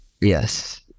Yes